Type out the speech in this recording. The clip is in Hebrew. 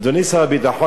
אדוני שר הביטחון,